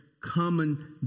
common